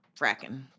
fracking